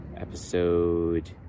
episode